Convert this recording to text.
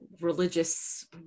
religious